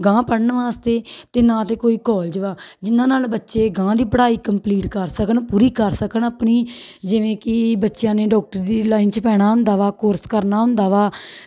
ਅਗਾਂਹ ਪੜ੍ਹਨ ਵਾਸਤੇ ਅਤੇ ਨਾ ਤਾਂ ਕੋਈ ਕੋਲਜ ਵਾ ਜਿਹਨਾਂ ਨਾਲ ਬੱਚੇ ਅਗਾਂਹ ਦੀ ਪੜ੍ਹਾਈ ਕੰਪਲੀਟ ਕਰ ਸਕਣ ਪੂਰੀ ਕਰ ਸਕਣ ਆਪਣੀ ਜਿਵੇਂ ਕਿ ਬੱਚਿਆਂ ਨੇ ਡੋਕਟਰ ਦੀ ਲਾਈਨ 'ਚ ਪੈਣਾ ਹੁੰਦਾ ਵਾ ਕੋਰਸ ਕਰਨਾ ਹੁੰਦਾ ਵਾ